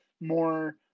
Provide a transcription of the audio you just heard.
more